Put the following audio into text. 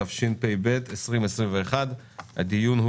התשפ"ב 2021. הדיון הוא